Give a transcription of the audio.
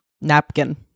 napkin